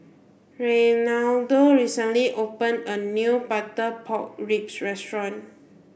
Reinaldo recently opened a new butter pork ribs restaurant